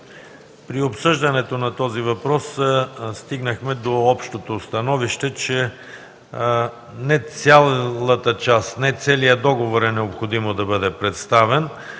При обсъждането на този въпрос стигнахме до общото становище, че не целият договор е необходимо да бъде представен,